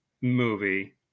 movie